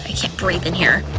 ah can't breathe in here!